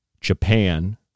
Japan